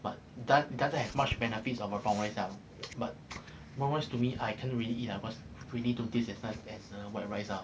but does~ doesn't have much benefits of a brown rice ah but brown rice to me I can't really eat lah cause really don't taste as nice as white rice ah